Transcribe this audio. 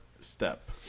Step